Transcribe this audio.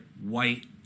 White